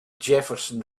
jefferson